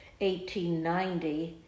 1890